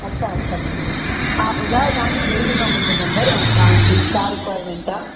अच्छा अच्छा हा ॿुधायो तव्हां खे के ॾिनो मुंहिंजो नंबर ऐं तव्हां जी छा रिक्वायरमैंट आहे